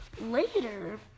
Later